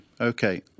Okay